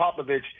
Popovich